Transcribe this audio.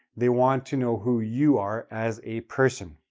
they want to know who you are as a person,